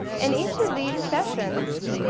and each of these sessions